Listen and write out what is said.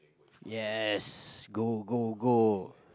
yes go go go